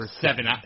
seven